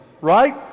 right